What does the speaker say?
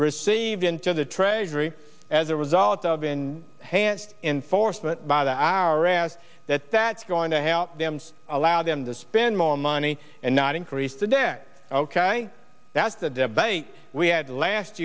received into the treasury as a result of in hands in force but by the hour as that that's going to help them's allow them to spend more money and not increase the debt ok that's the debate we had last